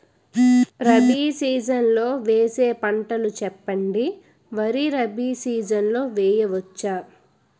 Rabi season లో వేసే పంటలు చెప్పండి? వరి రబీ సీజన్ లో వేయ వచ్చా?